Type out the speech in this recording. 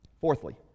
Fourthly